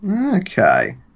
Okay